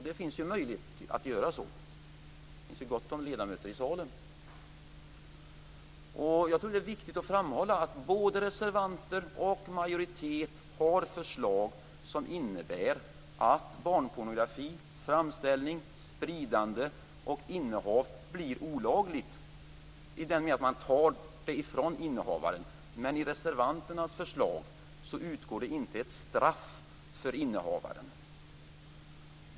Det finns ju möjlighet att göra så. Det finns gott om ledamöter i salen. Jag tror att det är viktigt att framhålla att både reservanter och majoritet har förslag som innebär att barnpornografi - framställning, spridande och innehav - blir olagligt i den meningen att man tar det ifrån innehavaren. Men i reservanternas förslag utgår det inte ett straff för innehavaren.